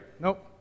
Nope